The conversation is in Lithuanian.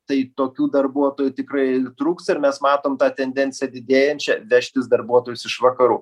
tai tokių darbuotojų tikrai trūks ir mes matom tą tendenciją didėjančią vežtis darbuotojus iš vakarų